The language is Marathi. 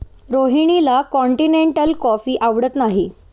रोहिणीला कॉन्टिनेन्टल कॉफी आवडत नाही